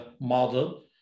model